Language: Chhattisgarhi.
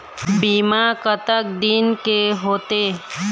बीमा कतक दिन के होते?